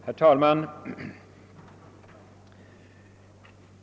Herr talman!